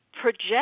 project